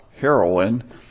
heroin